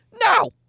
No